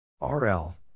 RL